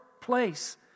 place